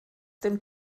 dem